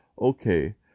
Okay